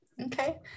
Okay